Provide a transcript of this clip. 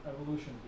evolution